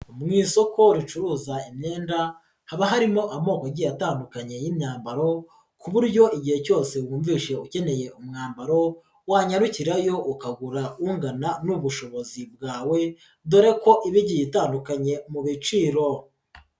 Mu isoko ricuruza imyenda, haba harimo amoko agiye atandukanye y'imyambaro, ku buryo igihe cyose wumvise ukeneye umwambaro, wanyarukirayo ukagura ungana n'ubushobozi bwawe, dore ko iba igiye itandukanye mu biciro.